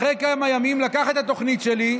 אחרי כמה ימים לקח את התוכנית שלי.